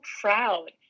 proud